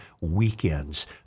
weekends